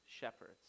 shepherds